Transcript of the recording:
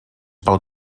pel